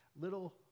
little